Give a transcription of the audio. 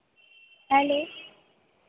hello